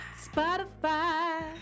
Spotify